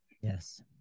Yes